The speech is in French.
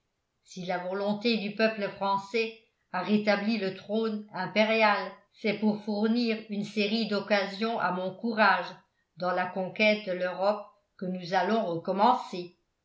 si la volonté du peuple français a rétabli le trône impérial c'est pour fournir une série d'occasions à mon courage dans la conquête de l'europe que nous allons recommencer